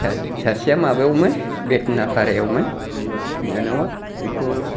सासेआ माबायावमोन बेथना फारायावमोन बिनानावा बिखौ